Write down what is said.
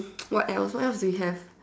what else what else do we have